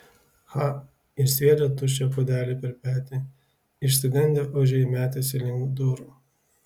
cha ir sviedė tuščią puodelį per petį išsigandę ožiai metėsi link durų